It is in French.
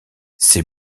c’est